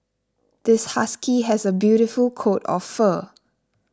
this husky has a beautiful coat of fur